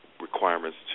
requirements